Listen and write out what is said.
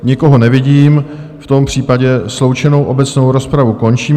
Nikoho nevidím, v tom případě sloučenou obecnou rozpravu končím.